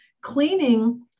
Cleaning